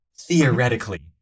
theoretically